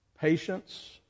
patience